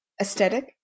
Aesthetic